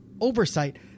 oversight